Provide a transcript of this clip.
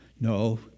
no